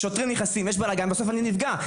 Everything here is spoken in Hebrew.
שוטרים נכנסים יש בלגן בסוף אני נפגע,